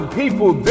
people